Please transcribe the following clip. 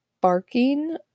Barking